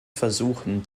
versuchen